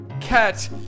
Cat